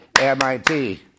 MIT